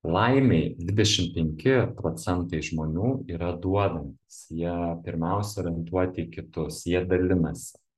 laimei dvidešim penki procentai žmonių yra duodantys jie pirmiausia orientuoti į kitus jie dalinasi